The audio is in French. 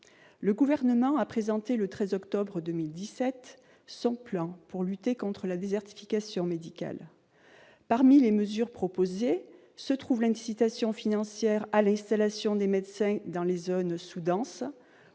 Le Gouvernement a présenté, le 13 octobre 2017, son plan pour lutter contre la désertification médicale. Parmi les mesures proposées, se trouve l'incitation financière à l'installation des médecins dans les zones sous-denses,